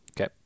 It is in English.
okay